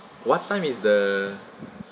what time is the